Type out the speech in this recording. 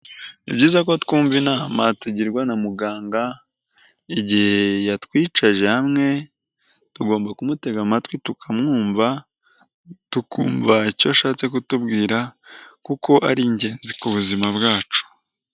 Ni byiza ko twumva inama tugirwa na muganga igihe yatwicaje hamwe tugomba kumutega amatwi tukamwumva tukumva icyo ashatse kutubwira kuko ari ingenzi ku buzima bwacu.